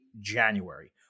January